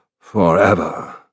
forever